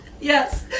Yes